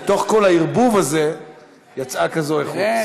מתוך כל הערבוב הזה יצאה כזאת איכות.